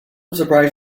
surprised